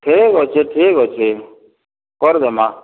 ଠିକ ଅଛି ଠିକ ଅଛି କରିଦେବା